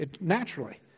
naturally